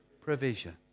provision